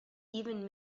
even